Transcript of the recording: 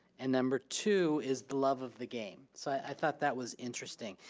and number two, is the love of the game. so i thought that was interesting.